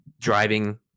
driving